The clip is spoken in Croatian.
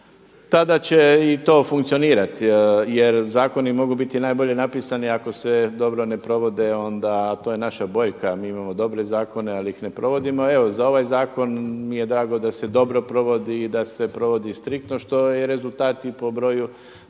tada će to i funkcionirat jer zakoni mogu biti najbolje napisani ako se dobro ne provode onda, a to je naša boljka, mi imamo dobre zakone ali ih ne provodimo. Evo za ovaj zakon mi je drago da se dobro provodi i da se provodi striktno što je rezultat i po broju